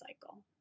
cycle